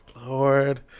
Lord